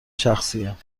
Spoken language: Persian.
شخصیه